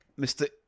Mr